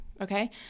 okay